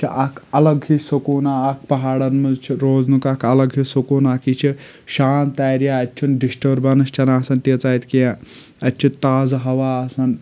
چھ اکھ الگ ہِش سکوٗنا اکھ پہاڑن منٛز چھُ روزنُک اکھ الگ ہٕے سکوٗن اکھ یہِ چھ شانتہٕ ایریا اَتہِ چھنہٕ ڈِسٹٔربنس چھنہٕ آسان تیٖژاہ اَتہِ کیٚنٛہہ اَتہِ چُھ تازٕ ہوا آسان